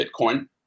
Bitcoin